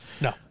no